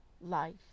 Life